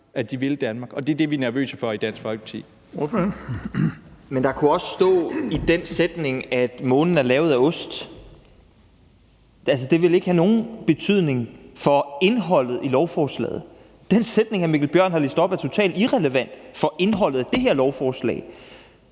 Bonnesen): Ordføreren. Kl. 17:55 Frederik Vad (S): Men der kunne også stå i den sætning, at månen er lavet af ost. Altså, det ville ikke have nogen betydning for indholdet i lovforslaget. Den sætning, hr. Mikkel Bjørn har læst op, er totalt irrelevant for indholdet af det her lovforslag.